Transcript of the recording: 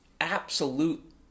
absolute